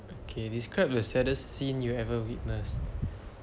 okay describe the saddest scene you ever witness